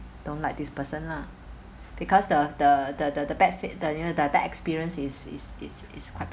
don't like this person lah because of the the the the the bad fe~ the you know the bad experience is is is is quite